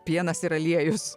pienas ir aliejus